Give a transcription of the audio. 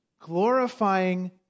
glorifying